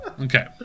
Okay